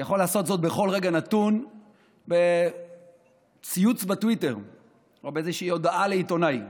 יכול לעשות זאת בכל רגע נתון בציוץ בטוויטר או באיזושהי הודעה לעיתונאי,